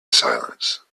silence